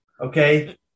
Okay